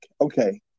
Okay